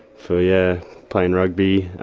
for yeah playing rugby.